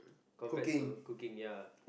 compared to cooking ya